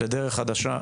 לדרך חדשה.